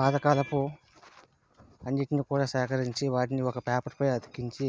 పాత కాలపు అన్నిటిని కూడా సేకరించి వాటిని ఒక పేపర్పై అతికించి